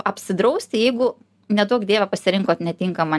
apsidrausti jeigu neduok dieve pasirinkot netinkamą